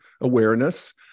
awareness